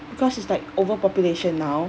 cause it's like overpopulation now